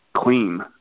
clean